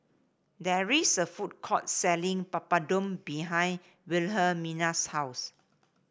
there is a food court selling Papadum behind Wilhelmina's house